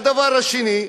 הדבר השני,